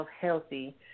healthy